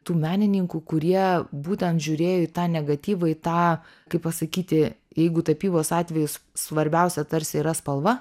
tų menininkų kurie būtent žiūrėjo į tą negatyvą į tą kaip pasakyti jeigu tapybos atvejus svarbiausia tarsi yra spalva